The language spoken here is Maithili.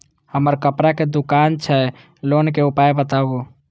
हमर कपड़ा के दुकान छै लोन के उपाय बताबू?